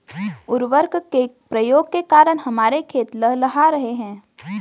उर्वरक के प्रयोग के कारण हमारे खेत लहलहा रहे हैं